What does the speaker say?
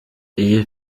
iyi